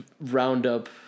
roundup